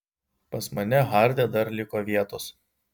pas mane harde dar liko vietos